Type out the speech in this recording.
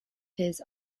his